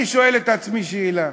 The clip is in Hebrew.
אני שואל את עצמי שאלה: